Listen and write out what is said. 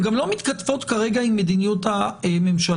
גם לא מתכתבות כרגע עם מדיניות הממשלה.